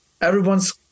everyone's